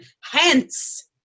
hence